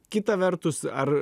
kita vertus ar